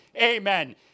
Amen